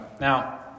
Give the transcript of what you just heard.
Now